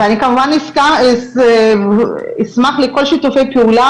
ואני כמובן אשמח לכל שיתופי פעולה,